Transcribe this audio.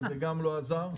וזה גם לא עזר.